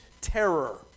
terror